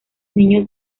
niños